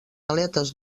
aletes